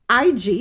IG